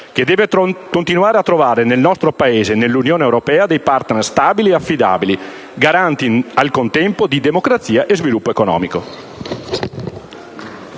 che deve continuare a trovare nel nostro Paese e nell'Unione europea dei *partner* stabili ed affidabili, garanti al contempo di democrazia e sviluppo economico.